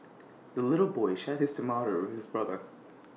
the little boy shared his tomato with his brother